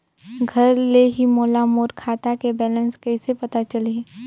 घर ले ही मोला मोर खाता के बैलेंस कइसे पता चलही?